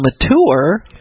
mature